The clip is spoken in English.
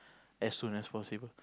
as soon as possible